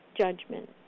judgment